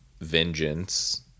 vengeance